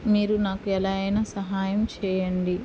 మీరు నాకు ఎలా అయినా సహాయం చేయండి